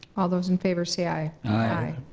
all those in favor say aye aye.